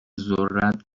ذرت